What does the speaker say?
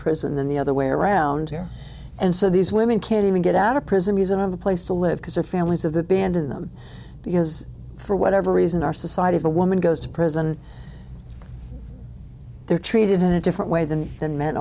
prison than the other way around here and so these women can't even get out of prison museum of the place to live because their families of the band in them because for whatever reason our society if a woman goes to prison they're treated in a different way than